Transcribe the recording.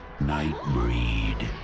Nightbreed